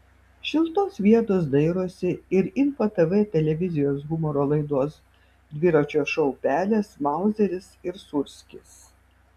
šiltos vietos dairosi ir info tv televizijos humoro laidos dviračio šou pelės mauzeris ir sūrskis